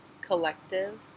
collective